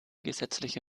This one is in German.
gesetzliche